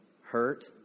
hurt